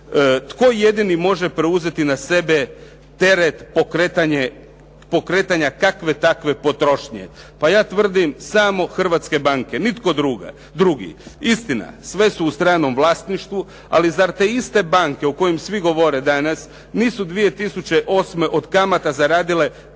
Tko jedini može preuzeti na sebe teret pokretanja kakve takve potrošnje? Pa ja tvrdim, samo hrvatske banke, nitko drugi. Istina, sve su u stranom vlasništvu, ali zar te iste banke o kojem svi govore danas nisu 2008. Od kamata zaradile